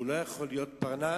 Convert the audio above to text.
הוא לא יכול להיות פרנס,